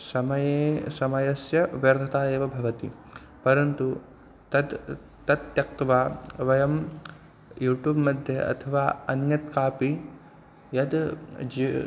समये समयस्य व्यर्थता एव भवति परन्तु तत् तत् त्यक्त्वा वयं यूटूब् मध्ये अथवा अन्यत् किमपि यद् ज